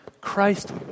Christ